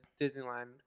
Disneyland